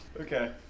okay